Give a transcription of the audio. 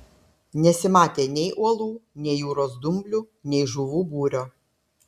nesimatė nei uolų nei jūros dumblių nei žuvų būrio